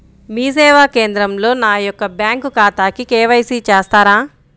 మీ సేవా కేంద్రంలో నా యొక్క బ్యాంకు ఖాతాకి కే.వై.సి చేస్తారా?